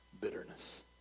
bitterness